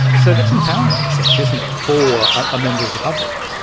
so that's empowering, in a sense, isn't it, for a member of the public.